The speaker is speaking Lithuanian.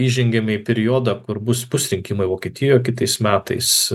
įžengiame į periodą kur bus bus rinkimai vokietijoj kitais metais